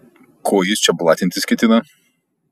ko jis čia blatintis ketina